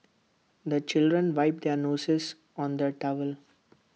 the children wipe their noses on the towel